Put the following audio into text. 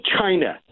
China